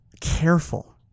careful